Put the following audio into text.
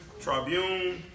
tribune